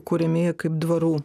kuriami kaip dvarų